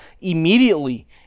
immediately